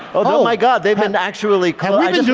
oh my god, they've been actually. kind of